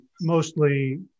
mostly